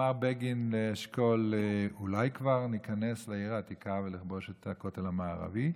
אמר בגין לאשכול: אולי כבר ניכנס לעיר העתיקה ונכבוש את הכותל המערבי?